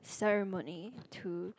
ceremony to